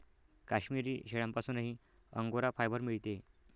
काश्मिरी शेळ्यांपासूनही angora fibre मिळते